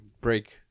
break